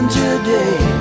today